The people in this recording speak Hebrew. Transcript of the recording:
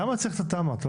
למה צריך את התמ"א?